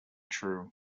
true